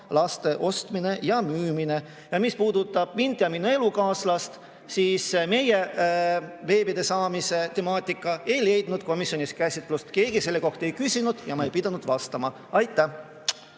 laste ostmine ja müümine. Mis puudutab mind ja minu elukaaslast, siis meie beebide saamise temaatika ei leidnud komisjonis käsitlust. Keegi selle kohta ei küsinud ja ma ei pidanud vastama. Martin